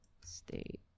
State